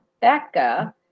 becca